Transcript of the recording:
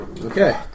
Okay